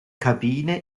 kabine